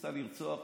ניסה לרצוח אותו,